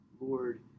Lord